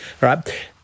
right